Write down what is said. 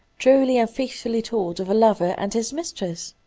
truly and faithfully told, of a lover and his mistress?